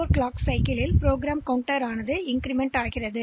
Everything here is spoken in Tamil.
எனவே T4 இல் ப்ரோக்ராம் கவுண்டர் மதிப்பும் புதுப்பிக்கப்படுகிறது